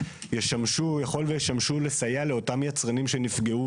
גם היצרנים נאלצו להגיש עתירה לבית המשפט.